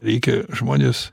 reikia žmonės